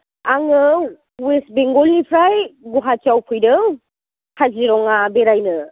आङो वेस्ट बेंगलनिफ्राय गुवाहाटिआव फैदों काजिरङा बेरायनो